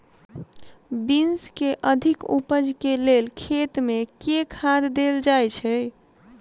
Beans केँ अधिक उपज केँ लेल खेत मे केँ खाद देल जाए छैय?